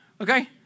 Okay